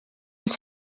els